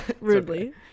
rudely